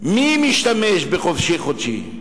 מי משתמש ב"חופשי חודשי"?